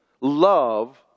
Love